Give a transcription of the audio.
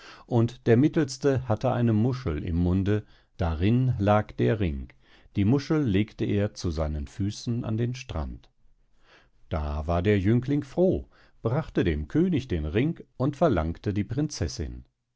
und der mittelste hatte eine muschel im munde darin lag der ring die muschel legte er zu seinen füßen an den strand da war der jüngling froh brachte dem könig den ring und verlangte die prinzessin